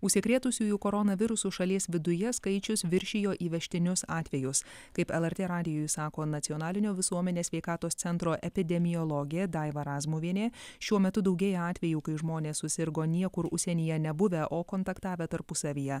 užsikrėtusiųjų koronavirusu šalies viduje skaičius viršijo įvežtinius atvejus kaip lrt radijui sako nacionalinio visuomenės sveikatos centro epidemiologė daiva razmuvienė šiuo metu daugėja atvejų kai žmonės susirgo niekur užsienyje nebuvę o kontaktavę tarpusavyje